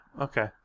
Okay